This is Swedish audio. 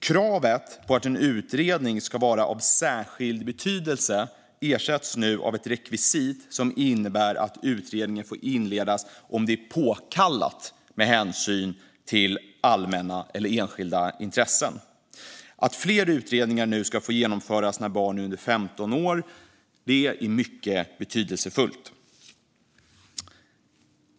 Kravet på att en utredning ska vara av särskild betydelse ersätts nu av ett rekvisit som innebär att utredning får inledas om det är påkallat med hänsyn till allmänna eller enskilda intressen. Att fler utredningar nu ska få genomföras när barn är under 15 år är mycket betydelsefullt.